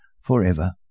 forever